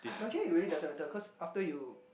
but actually it really doesn't matter cause after you